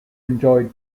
enjoyed